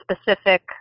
specific